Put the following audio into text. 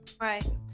right